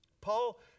Paul